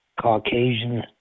Caucasian